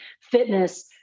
fitness